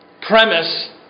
premise